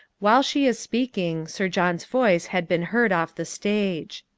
while she is speaking, sir john's voice had been heard off the stage.